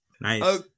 Nice